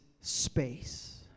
space